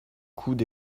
coude